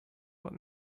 what